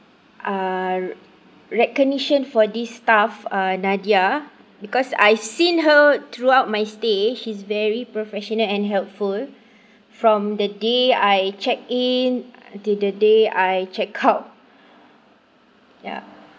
uh recognition for this staff uh nadia because I seen her throughout my stay she's very professional and helpful from the day I check in to the day I check out ya